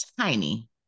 tiny